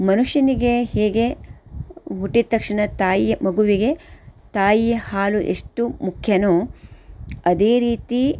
ಮನುಷ್ಯನಿಗೆ ಹೇಗೆ ಹುಟ್ಟಿದ ತಕ್ಷಣ ತಾಯಿ ಮಗುವಿಗೆ ತಾಯಿಯ ಹಾಲು ಎಷ್ಟು ಮುಖ್ಯನೋ ಅದೇ ರೀತಿ